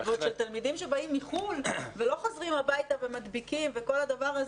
ועוד של תלמידים שבאים מחו"ל ולא חוזרים הביתה ומדביקים וכן הלאה,